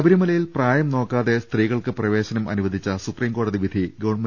ശബരിമലയിൽ പ്രായം നോക്കാത്പെ സ്ത്രീകൾക്ക് പ്രവേശനം അനുവദിച്ച സുപ്രീംകോടതിവിധി ഗ്രവ്